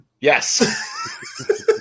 Yes